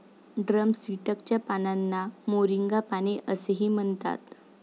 drumstick च्या पानांना moringa पाने असेही म्हणतात